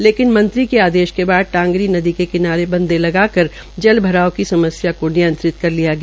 लेकिन मंत्री के आदेश के बाद टांगरी नदी पर बंदे लगाकर जल भराव की समस्या को नियंत्रित कर लिया गया